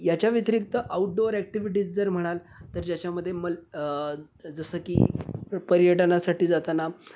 याच्या व्यतिरिक्त outdoor activities जर म्हणाल तर ज्याच्यामध्ये मल जसं की पर्यटनासाठी जाताना